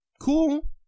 cool